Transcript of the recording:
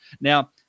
Now